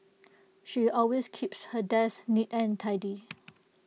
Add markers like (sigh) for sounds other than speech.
she always keeps her desk neat and tidy (noise)